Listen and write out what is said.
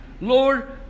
Lord